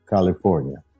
California